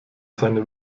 seine